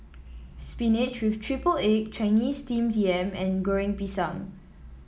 spinach with triple egg Chinese Steamed Yam and Goreng Pisang